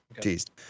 Teased